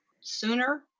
sooner